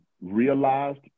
realized